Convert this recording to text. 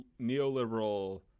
neoliberal